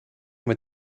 mit